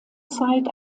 zeit